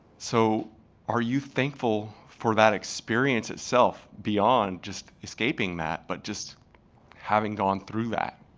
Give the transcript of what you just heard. so are you thankful for that experience itself beyond just escaping that, but just having gone through that?